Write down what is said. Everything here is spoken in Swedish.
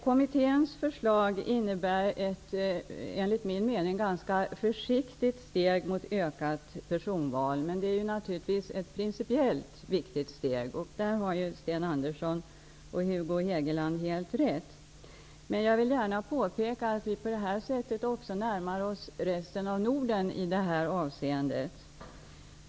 Kommitténs förslag innebär ett enligt min mening ganska försiktigt steg mot ökat personval, men det är naturligtvis ett principiellt viktigt steg -- i det har Sten Andersson och Hugo Hegeland helt rätt. Jag vill gärna påpeka att vi på det här sättet också närmar oss resten av Norden i det här avseendet.